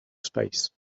space